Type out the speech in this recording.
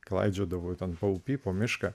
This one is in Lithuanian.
klaidžiodavau ten paupy po mišką